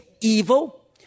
evil